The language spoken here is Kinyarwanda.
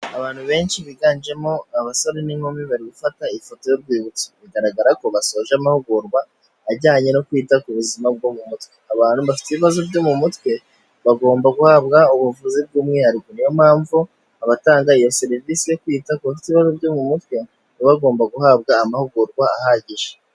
Abantu benshi biganjemo abasore n'inkumi bari gufata ifoto y'urwibutso, bigaragara ko basoje amahugurwa ajyanye no kwita ku buzima mu mutwe. Abantu bafite ibibazo byo mu mutwe bagomba guhabwa ubuvuzi bw'umwihariko. Niyo mpamvu abatanga iyo serivise yo kwita ku bafite ibibazo byo mu mutwe baba bagomba guhabwa amahugurwa ahagije.